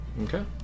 Okay